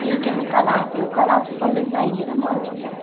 ठीक है मैं कल आती हूँ कल आप सुबह मिल जाएंगी ना मौर्निंग में